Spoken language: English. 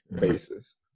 basis